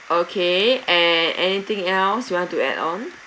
okay and anything else you want to add on